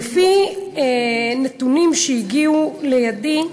לפי נתונים שהגיעו לידי,